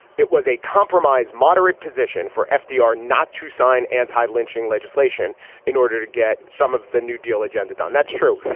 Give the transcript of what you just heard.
it was a compromise moderate position for fdr not to sign anti-lynching legislation in order to get some of the new deal agenda done. that's true.